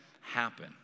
happen